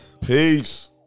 Peace